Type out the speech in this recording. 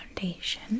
foundation